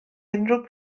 unrhyw